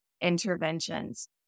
interventions